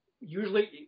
Usually